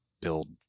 build